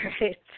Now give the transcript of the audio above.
right